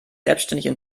selbstständig